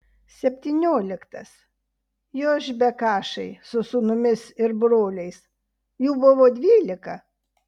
septynioliktas jošbekašai su sūnumis ir broliais jų buvo dvylika